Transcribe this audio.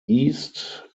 east